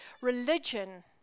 religion